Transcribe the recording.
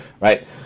right